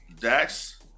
Dax